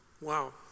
Wow